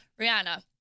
Rihanna